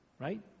right